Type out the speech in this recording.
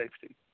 safety